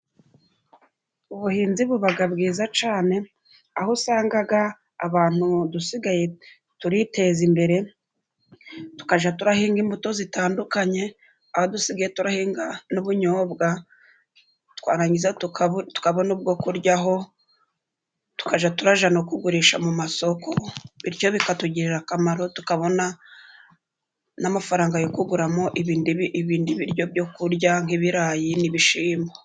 Ubuhinzi buba bwiza cyane. Aho usanga abantu dusigaye twiteza imbere tukajya duhinga imbuto zitandukanye, aho dusigaye turahinga n'ubunyobwa, twarangiza tukabona ubwo kuryaho, tukajya turajya no kugurisha mu masoko, bityo bikatugirira akamaro tukabona n'amafaranga yo kuguramo ibindi biryo byo kurya, nk'ibirayi n'ibishyimbo.